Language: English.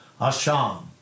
Asham